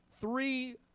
three